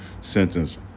sentence